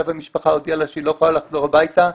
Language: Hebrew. המשפחה הודיעה לה שהיא לא יכולה לחזור הביתה,